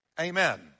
Amen